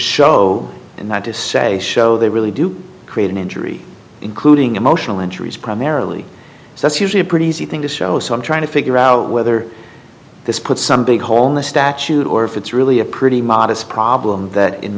show and not to say show they really do create an injury including emotional injuries primarily so that's usually a pretty easy thing to show so i'm trying to figure out whether this puts some big hole in the statute or if it's really a pretty modest problem that in